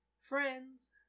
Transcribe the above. Friends